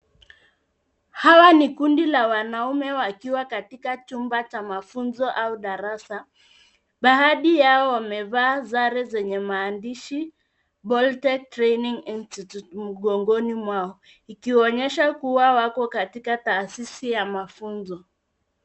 Hawa ni kundi la wanaume wakiwa katika chumba cha mafunzo au darasa. Baadhi yao wamevaa sare zenye maandishi BOLTE TRAINING INSTITUTE mgongoni mwao ikionyesha kuwa wako katika taasisi ya mafunzo.